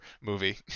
movie